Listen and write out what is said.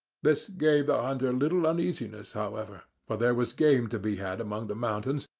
this gave the hunter little uneasiness, however, for there was game to be had among the mountains,